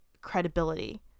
credibility